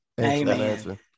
Amen